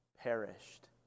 perished